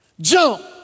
jump